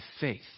faith